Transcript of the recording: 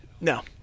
no